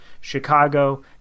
Chicago